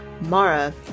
Mara